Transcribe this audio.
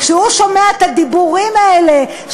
כשהוא שומע את הדיבורים האלה,